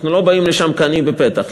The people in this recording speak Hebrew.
אנחנו לא באים לשם כעניים בפתח.